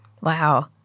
Wow